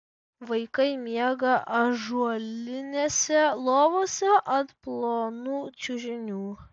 vaikai miega ąžuolinėse lovose ant plonų čiužinių